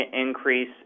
increase